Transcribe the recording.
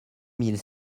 mille